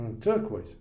Turquoise